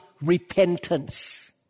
repentance